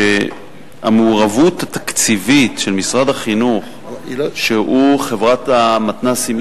שהמעורבות התקציבית של משרד החינוך בחברת המתנ"סים,